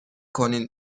کنین